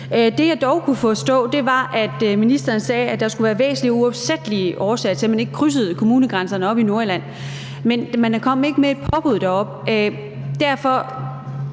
Det, jeg dog kunne forstå, var, at ministeren sagde, at der skulle være væsentlige og uopsættelige årsager til, at man krydsede kommunegrænserne oppe i Nordjylland. Men man kom ikke med et påbud deroppe.